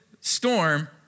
storm